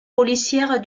policière